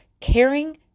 caring